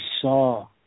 saw